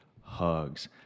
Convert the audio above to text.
hugs